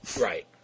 Right